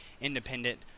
independent